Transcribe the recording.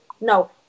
no